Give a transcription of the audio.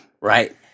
right